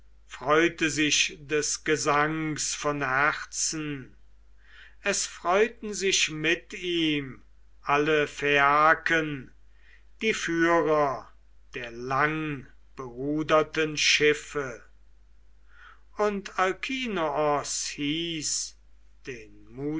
freute sich des gesangs von herzen es freuten sich mit ihm alle phaiaken die führer der langberuderten schiffe und alkinoos hieß den